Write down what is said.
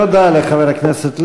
תודה לחבר הכנסת לוי.